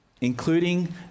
including